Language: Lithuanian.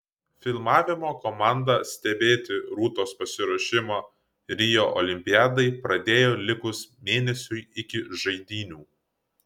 filmavimo komanda stebėti rūtos pasiruošimą rio olimpiadai pradėjo likus mėnesiui iki žaidynių